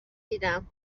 دیدم